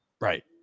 Right